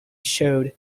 showed